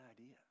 idea